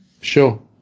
Sure